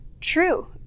true